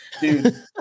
dude